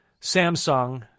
Samsung